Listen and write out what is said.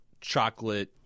chocolate